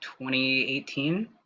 2018